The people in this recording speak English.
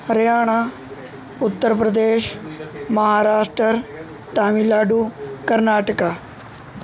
Haryana Uttar Pradesh Maharashtra Tamil Nadu Karnataka